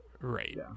Right